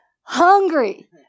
hungry